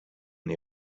the